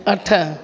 अठ